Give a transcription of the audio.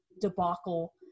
debacle –